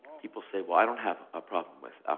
people say, well, i don't have a problem with